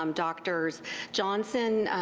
um doctors johnson,